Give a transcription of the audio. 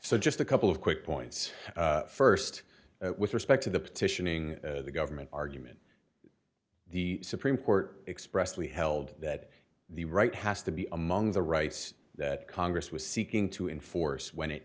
so just a couple of quick points st with respect to the petitioning the government argument the supreme court expressly held that the right has to be among the rights that congress was seeking to enforce when it